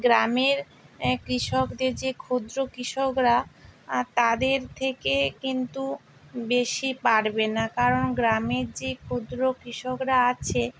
গ্রামের কৃষকদের যে ক্ষুদ্র কৃষকরা আর তাদের থেকে কিন্তু বেশি পারবে না কারণ গ্রামের যে ক্ষুদ্র কৃষকরা আছে